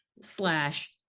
Slash